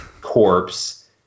corpse